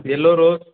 yellow rose